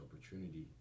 opportunity